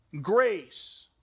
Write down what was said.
grace